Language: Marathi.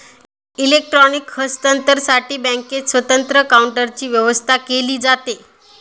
इलेक्ट्रॉनिक हस्तांतरणसाठी बँकेत स्वतंत्र काउंटरची व्यवस्था केली जाते